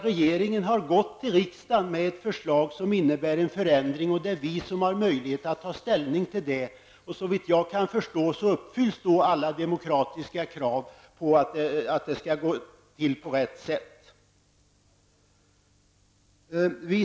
Regeringen har gått till riksdagen med ett förslag som innebär en förändring, och det är vi som har möjlighet att ta ställning till det. Såvitt jag kan förstå så uppfylls alla demokratiska krav på att det skall gå till på rätt sätt.